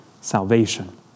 salvation